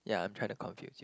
yeah I'm trying to confuse you